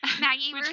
Maggie